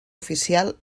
oficial